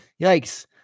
Yikes